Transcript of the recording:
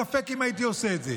ספק אם הייתי עושה את זה.